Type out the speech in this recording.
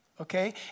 Okay